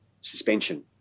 suspension